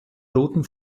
roten